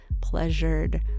pleasured